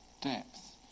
depth